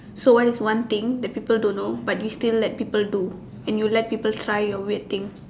so what is one thing that people don't know but you still let people do and you let people try your weird thing